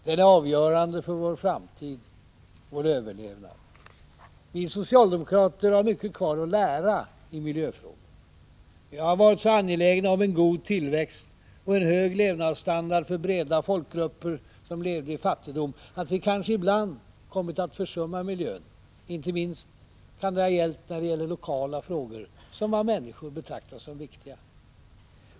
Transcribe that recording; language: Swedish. Den är avgörande för vår framtid och för vår överlevnad. Vi socialdemokrater har mycket kvar att lära i miljöfrågor. Vi har varit så angelägna om en god tillväxt och en höjd levnadsstandard för breda folkgrupper som levde i fattigdom att vi kanske ibland kommit att försumma miljön, inte minst när det gäller lokala frågor som människor betraktar som viktiga.